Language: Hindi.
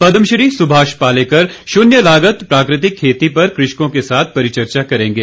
पद्मश्री सुभाष पालेकर शून्य लागत प्राकृतिक खेती पर कृषकों के साथ परिचर्चा करेंगे